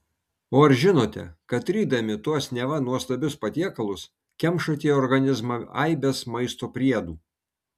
o ar žinote kad rydami tuos neva nuostabius patiekalus kemšate į organizmą aibes maisto priedų